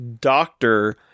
doctor